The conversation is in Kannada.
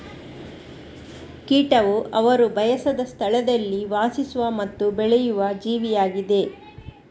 ಕೀಟವು ಅವರು ಬಯಸದ ಸ್ಥಳದಲ್ಲಿ ವಾಸಿಸುವ ಮತ್ತು ಬೆಳೆಯುವ ಜೀವಿಯಾಗಿದೆ